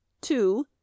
two